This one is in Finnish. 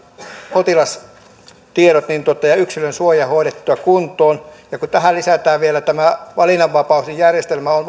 potilastiedot ja yksilönsuoja hoidettua kuntoon kun tähän lisätään vielä valinnanvapaus niin järjestelmä on